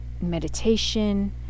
meditation